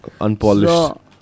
Unpolished